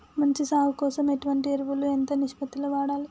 మంచి సాగు కోసం ఎటువంటి ఎరువులు ఎంత నిష్పత్తి లో వాడాలి?